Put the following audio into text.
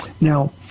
now